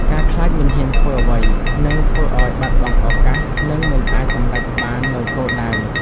ការខ្លាចមិនហ៊ានធ្វើអ្វី នឹងធ្វើឲ្យបាត់បង់ឱកាស និងមិនអាចសម្រេចបាននូវគោលដៅ។